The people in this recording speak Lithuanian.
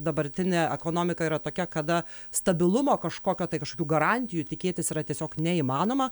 dabartinė ekonomika yra tokia kada stabilumo kažkokio tai kažkokių garantijų tikėtis yra tiesiog neįmanoma